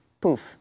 poof